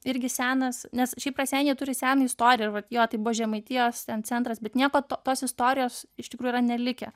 irgi senas šiaip raseiniai jie turi seną istoriją ir vat jo tai buvo žemaitijos ten centras bet nieko to tos istorijos iš tikrųjų yra nelikę